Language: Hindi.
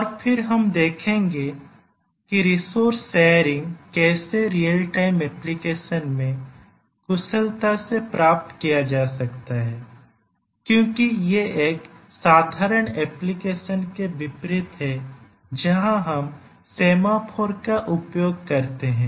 और फिर हम देखेंगे की रिसोर्स शेयरिंग कैसे रियल टाइम एप्लीकेशन में कुशलता से प्राप्त किया जा सकता है क्योंकि यह एक साधारण एप्लीकेशन के विपरीत है जहां हम सेमाफोर का उपयोग करते हैं